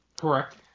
Correct